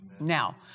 Now